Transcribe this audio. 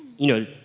you know,